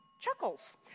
Chuckles